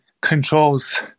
controls